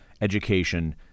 education